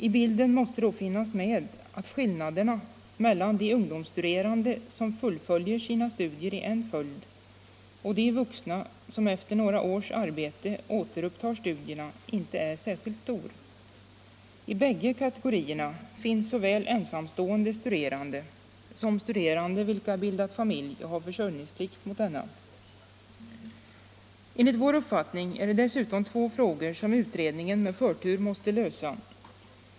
I bilden måste då finnas med att skillnaderna mellan de ungdomsstuderande som fullföljer sina studier i en följd och de vuxna som efter några års arbete återupptar studierna inte är särskilt stor. I bägge kategorierna finns såväl ensamstående studerande som studerande vilka bildat familj och har försörjningsplikt mot denna. Enligt vår uppfattning är det dessutom två frågor som utredningen med förtur måste lösa.